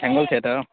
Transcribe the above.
হেঙুল theatre অঁ